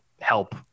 help